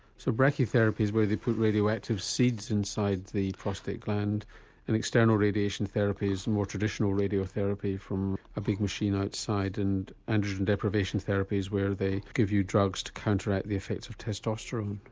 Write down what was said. so brachytherapy is where they put radio active seeds inside the prostate gland and external radiation therapy is more traditional radio therapy from a big machine outside and androgen deprivation therapy is where they give you drugs to counteract the effects of testosterone?